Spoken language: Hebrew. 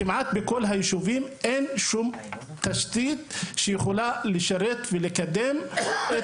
כמעט בכל היישובים אין שום תשתית שיכולה לשרת ולקדם את